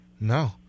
no